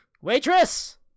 Waitress